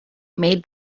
made